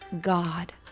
God